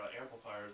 amplifiers